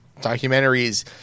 documentaries